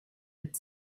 had